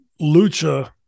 Lucha